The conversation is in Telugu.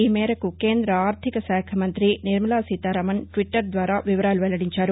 ఈ మేరకు కేంద్ర ఆర్థిక శాఖ మంత్రి నిర్మలాసీతారామన్ ట్విటర్ ద్వారా వివరాలు వెల్లడించారు